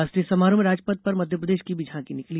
राष्ट्रीय समारोह में राजपथ पर मध्यप्रदेश की भी झांकी निकली